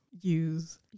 use